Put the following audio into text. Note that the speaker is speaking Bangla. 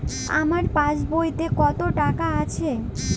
আমার পাসবইতে কত টাকা আছে?